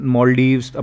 Maldives